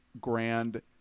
grand